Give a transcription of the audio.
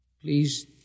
Please